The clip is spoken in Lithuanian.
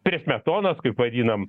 prie smetonos kaip vadinam